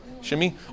shimmy